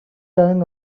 turn